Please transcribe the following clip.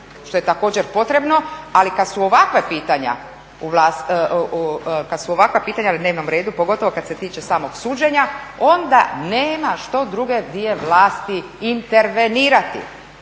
što je također potrebno, ali kada su ovakva pitanja na dnevnom redu, pogotovo kada se tiče samom suđenja, onda nema što druge dvije vlasti intervenirati.